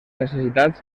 necessitats